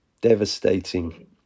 devastating